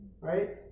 right